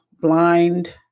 blind